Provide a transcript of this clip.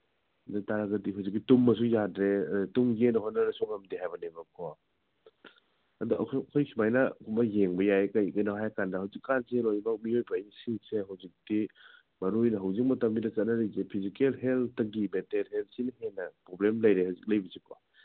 ꯑꯗꯨ ꯑꯣꯏ ꯇꯥꯔꯒꯗꯤ ꯍꯧꯖꯤꯛꯀꯤ ꯇꯨꯝꯕꯁꯨ ꯌꯥꯗ꯭ꯔꯦ ꯇꯨꯝꯒꯦꯅ ꯍꯣꯠꯅꯔꯁꯨ ꯉꯝꯗꯦ ꯍꯥꯏꯅꯦꯕꯀꯣ ꯑꯗ ꯑꯩꯈꯣꯏ ꯁꯨꯃꯥꯏꯅ ꯑꯃ ꯌꯦꯡꯕ ꯌꯥꯏ ꯀꯩꯒꯤꯅꯣ ꯍꯥꯏꯀꯥꯟꯗ ꯍꯧꯖꯤꯛꯀꯥꯟꯁꯦ ꯂꯣꯏꯕꯛ ꯃꯤꯑꯣꯏꯕꯁꯤꯡꯁꯦ ꯍꯧꯖꯤꯛꯇꯤ ꯃꯔꯨꯑꯣꯏꯅ ꯍꯧꯖꯤꯛ ꯃꯇꯝꯁꯤꯗ ꯆꯠꯅꯔꯤꯁꯦ ꯐꯤꯖꯤꯀꯦꯜ ꯍꯦꯜꯠꯇꯒꯤ ꯃꯦꯟꯇꯦꯜ ꯍꯦꯜꯠꯁꯤꯅ ꯍꯦꯟꯅ ꯄ꯭ꯔꯣꯕ꯭ꯂꯦꯝ ꯂꯩꯔꯦ ꯍꯧꯖꯤꯛ ꯂꯩꯕꯁꯤꯀꯣ